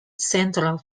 central